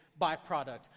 byproduct